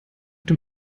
dem